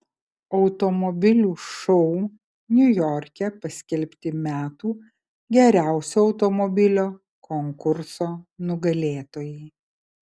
automobilių šou niujorke paskelbti metų geriausio automobilio konkurso nugalėtojai